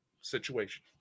situation